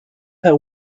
herr